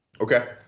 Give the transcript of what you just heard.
Okay